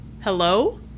Hello